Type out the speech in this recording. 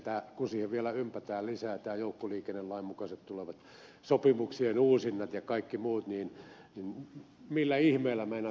kun siihen vielä ympätään lisää nämä joukkoliikennelain mukaiset tulevat sopimuksien uusinnat ja kaikki muut niin millä ihmeellä meinaatte saada tämän tehdyksi